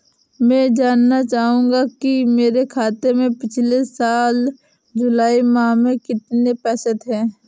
मैं जानना चाहूंगा कि मेरे खाते में पिछले साल जुलाई माह में कितने पैसे थे?